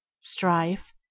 strife